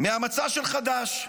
מהמצע של חד"ש.